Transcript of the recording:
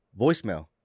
voicemail